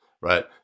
right